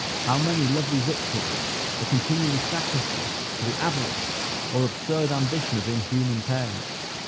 how many lovely victims are continually sacrificed to the avarice or absurd ambition of inhuman parents!